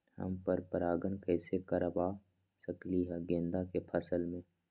हम पर पारगन कैसे करवा सकली ह गेंदा के फसल में?